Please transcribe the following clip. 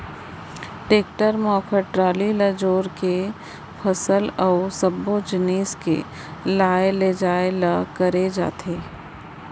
tractor म ओकर trolley ल जोर के फसल अउ सब्बो जिनिस के लाय लेजाय ल करे जाथे